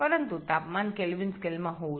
তবে তাপমাত্রা কেলভিন স্কেলে থাকতে হবে